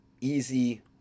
easy